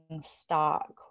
stock